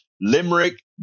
Limerick